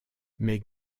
mais